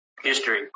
history